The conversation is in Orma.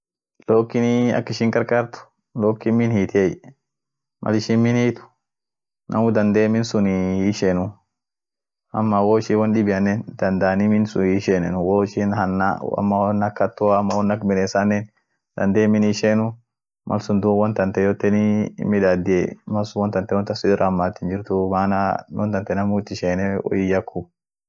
Air conditionanii ak inin roomu kabanees, kiles kabanaa tok galakisai wo roomu hooditeet, siiling it midaasen wo ishin siiling kabd, mal midaasenu won sun yoten it gargartie. malsun roomun hinkabanoot. roomun kabanoote duum kile marsun laft sit iaartu. akusun